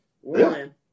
One